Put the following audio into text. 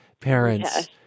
parents